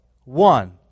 One